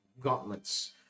gauntlets